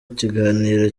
kiganiro